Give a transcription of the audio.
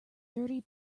dirty